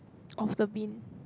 of the bin